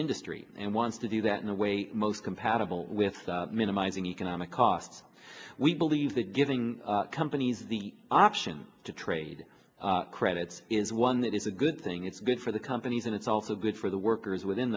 industry and wants to do that in a way most compatible with minimizing economic costs we believe that giving companies the option to trade credits is one that is a good thing it's good for the companies and it's also good for the workers within